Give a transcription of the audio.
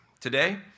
Today